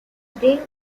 they